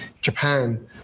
Japan